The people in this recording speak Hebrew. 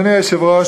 אדוני היושב-ראש,